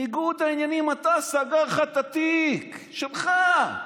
ניגוד העניינים, סגר לך את התיק שלך.